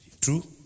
True